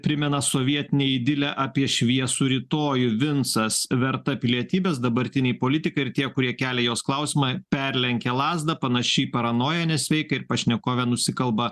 primena sovietinę idilę apie šviesų rytojų vincas verta pilietybės dabartiniai politikai ir tie kurie kelia jos klausimą perlenkė lazdą panaši į paranoją nesveiką ir pašnekovė nusikalba